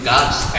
God's